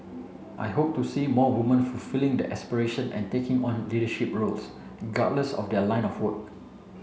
I hope to see more woman fulfilling their aspiration and taking on leadership roles regardless of their line of work